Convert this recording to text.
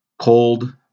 cold